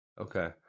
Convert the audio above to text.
Okay